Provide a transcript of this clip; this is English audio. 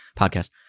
podcast